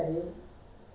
H_D_B